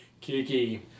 Kiki